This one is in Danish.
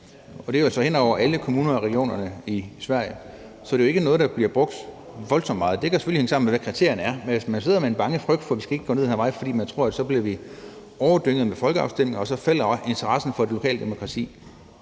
og det er altså hen over alle kommuner og regioner i Sverige. Så det er jo ikke noget, der bliver brugt voldsomt meget. Det kan selvfølgelig hænge sammen med, hvad kriterierne er. Men hvis man sidder med en frygt for at gå ned ad den her vej, fordi man tror, at så bliver vi overdynget med folkeafstemninger, og så falder interessen for lokaldemokrati,